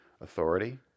authority